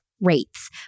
rates